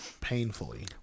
painfully